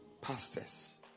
pastors